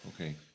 okay